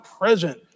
present